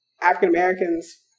African-Americans